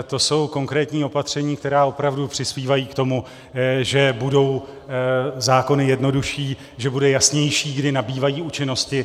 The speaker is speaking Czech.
To jsou konkrétní opatření, která opravdu přispívají k tomu, že budou zákony jednodušší, že budou jasnější, kdy nabývají účinnosti.